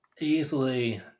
easily